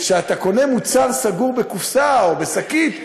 שכשאתה קונה מוצר סגור בקופסה או בשקית,